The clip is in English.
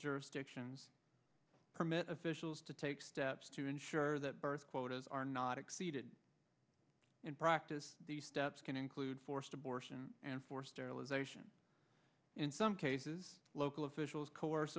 jurisdictions permit a fish to take steps to ensure that birth quotas are not exceeded in practice these steps can include forced abortion and forced sterilization in some cases local officials co